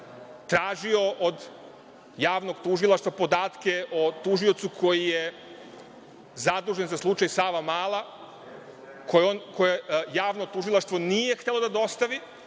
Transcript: tražio od javnog tužilaštva podatke o tužiocu koji je zadužen za slučaj Savamala koje javno tužilaštvo nije htelo da dostavi,